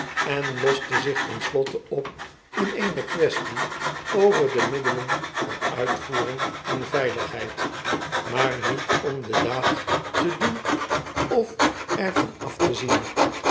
en loste zich ten slotte op in eene quaestie over de middelen van uitvoering en veiligheid maar niet om de daad te doen of er van af te zien